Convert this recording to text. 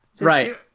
Right